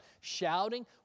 shouting